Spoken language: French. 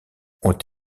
ont